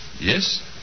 yes